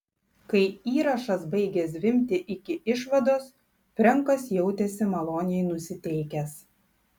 kai įrašas baigė zvimbti iki išvados frenkas jautėsi maloniai nusiteikęs